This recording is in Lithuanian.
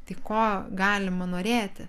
tai ko galima norėti